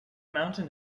mountain